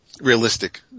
realistic